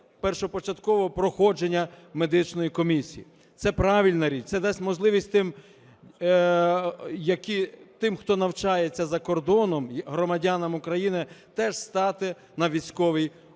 першопочаткового проходження медичної комісії. Це правильна річ, це дасть можливість тим, хто навчається за кордоном, громадянам України, теж стати на військовий облік.